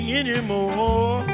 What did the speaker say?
anymore